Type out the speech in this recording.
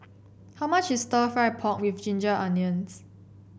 how much is stir fry pork with Ginger Onions